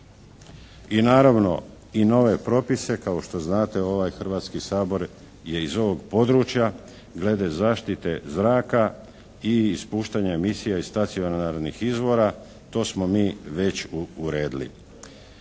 I naravno i nove propise. Kao što znate ovaj Hrvatski sabor je iz ovog područja glede zaštite zraka i ispuštanja emisije iz stacionarnih izvora. To smo mi već uredili.